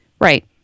right